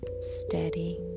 steady